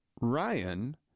Ryan